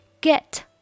Get